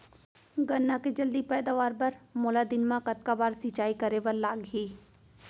गन्ना के जलदी पैदावार बर, मोला दिन मा कतका बार सिंचाई करे बर लागही?